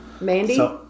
Mandy